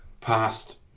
past